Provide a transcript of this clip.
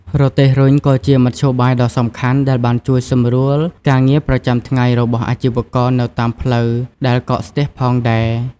រទេះរុញក៏ជាមធ្យោបាយដ៏សំខាន់ដែលបានជួយសម្រួលការងារប្រចាំថ្ងៃរបស់អាជីវករនៅតាមផ្លូវដែលកកស្ទះផងដែរ។